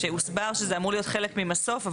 שהוסבר שזה אמור להיות חלק ממסוף.